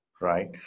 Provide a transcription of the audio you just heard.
Right